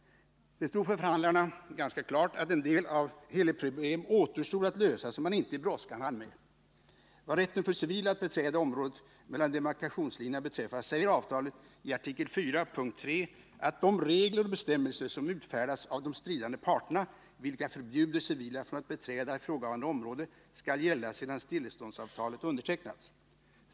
Det stod för förhandlarna ganska klart att en hel del problem återstod att lösa som man inte i brådskan hann med. Vad rätten för civila att beträda området mellan demarkationslinjerna beträffar säger avtalet i artikel IV punkt 3 att de regler och bestämmelser som utfärdats av de stridande parterna, vilka förbjuder civila att beträda ifrågavarande område, skall gälla sedan stilleståndsavtalet undertecknats.